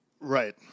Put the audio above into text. right